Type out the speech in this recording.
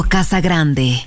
Casagrande